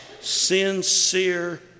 sincere